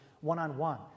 one-on-one